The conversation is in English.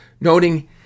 noting